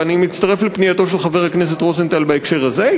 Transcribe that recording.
ואני מצטרף לפנייתו של חבר הכנסת רוזנטל בהקשר הזה,